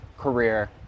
Career